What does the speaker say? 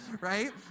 right